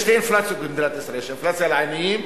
יש שתי אינפלציות במדינת ישראל: יש אינפלציה לעניים